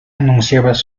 anunciabas